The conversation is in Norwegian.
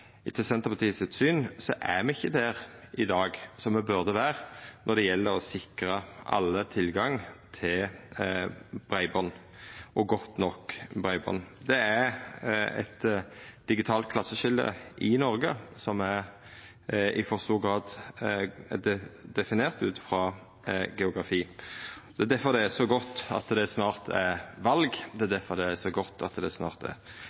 Etter Senterpartiets syn er me ikkje der i dag som me burde vera når det gjeld å sikra alle tilgang til breiband og godt nok breiband. Det er eit digitalt klasseskilje i Noreg som i for stor grad er definert ut frå geografi. Det er difor det er så godt at det snart er val. Det er difor det er så godt at det snart er